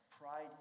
Pride